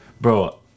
Bro